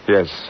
Yes